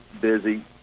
busy